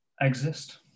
exist